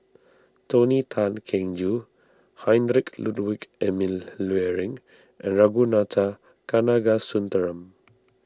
Tony Tan Keng Joo Heinrich Ludwig Emil Luering and Ragunathar Kanagasuntheram